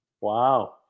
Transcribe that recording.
Wow